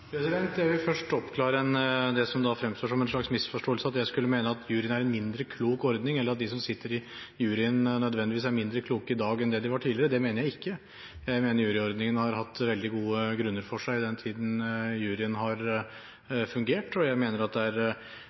Jeg vil først oppklare det som fremstår som en slags misforståelse – at jeg skulle mene at juryen er en mindre klok ordning, eller at de som sitter i juryen, nødvendigvis er mindre kloke i dag enn det de var tidligere. Det mener jeg ikke. Jeg mener det har vært veldig gode grunner for juryordningen i løpet av den tiden juryen har fungert, men jeg mener samtidig at